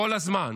כל הזמן,